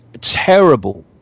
terrible